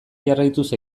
jarraituz